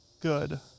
good